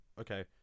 Okay